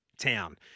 town